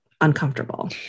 uncomfortable